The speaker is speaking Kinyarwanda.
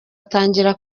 atangira